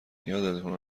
یادتون